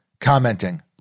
commenting